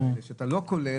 אם אתה לא כולל,